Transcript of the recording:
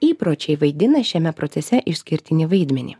įpročiai vaidina šiame procese išskirtinį vaidmenį